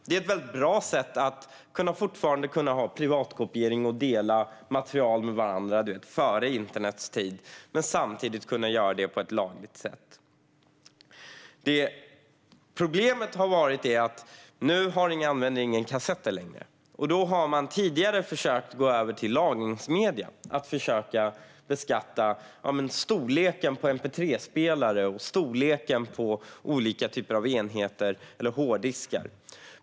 Det var ett väldigt bra sätt att fortfarande kunna ha privatkopiering och dela material med varandra före internets tid men samtidigt kunna göra det på ett lagligt sätt. Problemet har varit att nu använder ingen kassetter längre. Då har man tidigare försökt att gå över till lagringsmedier och försöka beskatta storleken på mp3-spelare och storleken på olika typer av enheter eller hårddiskar.